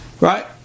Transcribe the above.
right